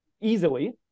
easily